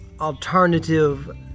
alternative